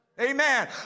Amen